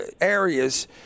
areas